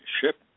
ship